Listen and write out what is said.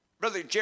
Brother